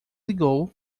ligou